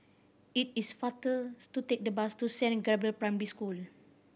it is to take the bus to Saint Gabriel Primary School